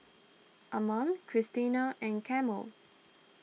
Alma Christiana and Carmel